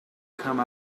come